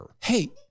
Hey